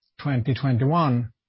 2021